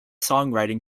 songwriting